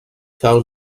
cal